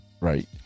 right